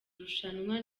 rushanwa